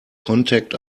contact